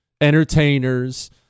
Entertainers